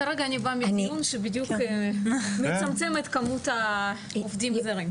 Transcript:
כרגע אני באה מדיון שמצמצם את מספר העובדים הזרים.